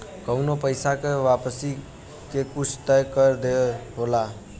कउनो पइसा के वापसी के कुछ तय दर होला